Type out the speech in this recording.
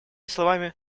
словами